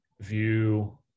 view